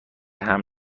حمل